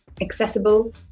accessible